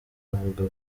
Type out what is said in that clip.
avuga